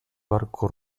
barco